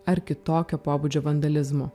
ar kitokio pobūdžio vandalizmo